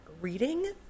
reading